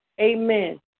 Amen